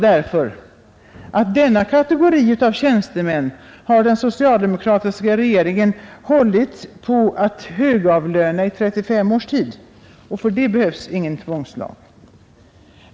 Denna kategori av tjänstemän har den socialdemokratiska regeringen hållit på att högavlöna i 35 år, och för det behövs ingen tvångslag.